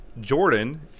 Jordan